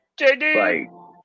JD